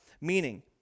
Meaning